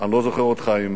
אני לא זוכר אותך עם